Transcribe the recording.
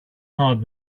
card